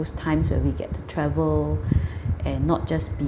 those times where we get to travel and not just be